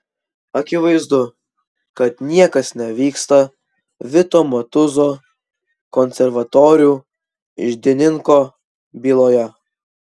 akivaizdu kad niekas nevyksta vito matuzo konservatorių iždininko byloje